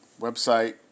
website